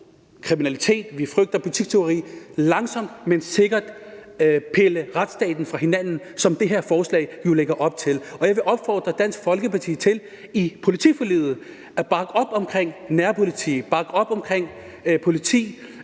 vi frygter butikstyveri, langsomt, men sikkert pille retsstaten fra hinanden, som det her forslag jo lægger op til. Jeg vil opfordre Dansk Folkeparti til i politiforliget at bakke op omkring nærpolitiet, således at